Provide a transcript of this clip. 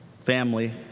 Family